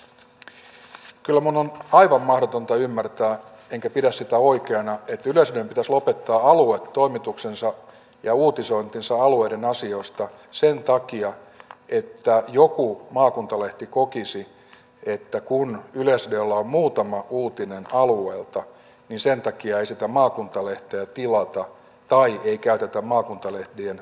kyllä minun on aivan mahdotonta ymmärtää enkä pidä sitä oikeana että yleisradion pitäisi lopettaa aluetoimituksensa ja uutisointinsa alueiden asioista sen takia että joku maakuntalehti kokisi että kun yleisradiolla on muutama uutinen alueelta niin sen takia ei sitä maakuntalehteä tilata tai ei käytetä maakuntalehtien maksullisia palveluita